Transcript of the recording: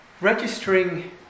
registering